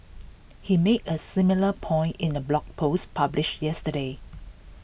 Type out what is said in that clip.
he made A similar point in A blog post published yesterday